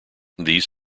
these